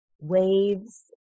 waves